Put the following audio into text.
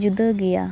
ᱡᱩᱫᱟᱹ ᱜᱮᱭᱟ